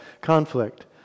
conflict